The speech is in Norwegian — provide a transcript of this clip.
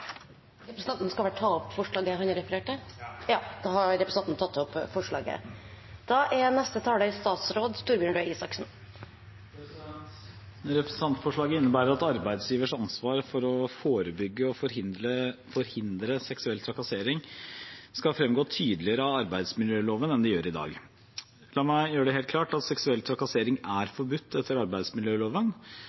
opp forslaget fra Rødt. Da har representanten Bjørnar Moxnes tatt opp det forslaget han refererte til. Representantforslaget innebærer at arbeidsgivers ansvar for å forebygge og forhindre seksuell trakassering skal fremgå tydeligere av arbeidsmiljøloven enn det gjør i dag. La meg gjøre det helt klart at seksuell trakassering er forbudt etter arbeidsmiljøloven.